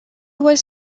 was